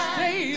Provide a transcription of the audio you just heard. Stay